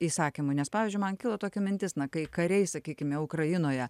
įsakymui nes pavyzdžiui man kilo tokia mintis na kai kariai sakykime ukrainoje